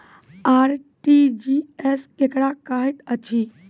RTGS केकरा कहैत अछि?